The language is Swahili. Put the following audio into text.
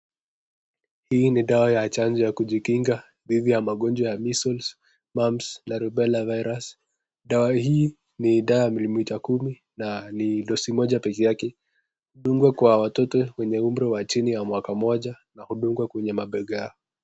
Hii ni dawa ya chanjo ya kujikinga dhidi ya magonjwa ya measles numbs na rubella virus, dawa hii ni dawa 10mm, na ni dosi moja peke yake hudungwa kwa watoto wenye umri wa mwaka moja na hudungwa kwenye mabegani.